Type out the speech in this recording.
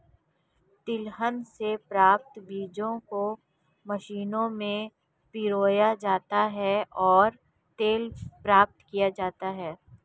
तिलहन से प्राप्त बीजों को मशीनों में पिरोया जाता है और तेल प्राप्त किया जाता है